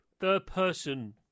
third-person